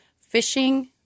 fishing